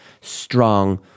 strong